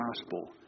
gospel